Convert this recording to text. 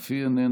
אף היא איננה.